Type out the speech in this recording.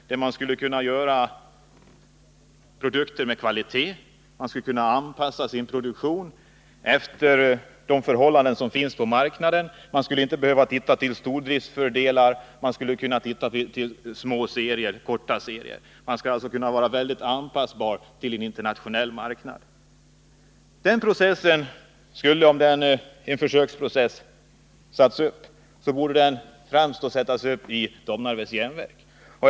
Man skulle kunna göra produkter med kvalitet, man skulle kunna anpassa sin produktion efter de förhållanden som råder på marknaden, man skulle inte behöva se till stordriftsfördelar, man skulle kunna ha korta serier och alltså vara mycket anpassningsbar i förhållande till en internationell marknad. Om ett försök med denna process skulle genomföras, så borde det främst ske i Domnarvets Jernverk.